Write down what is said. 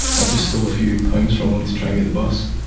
i just stole a few pounds from him to try and get the bus.